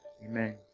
Amen